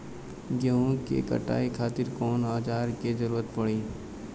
गेहूं के कटाई खातिर कौन औजार के जरूरत परी?